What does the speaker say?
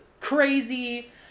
crazy